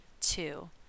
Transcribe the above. two